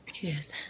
yes